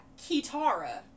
Kitara